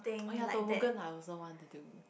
oh ya toboggan I also want to do